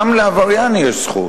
גם לעבריין יש זכות,